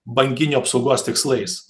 banginių apsaugos tikslais